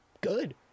good